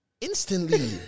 Instantly